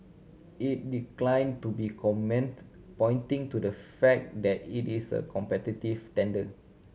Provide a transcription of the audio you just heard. it declined to be comment pointing to the fact that it is a competitive tender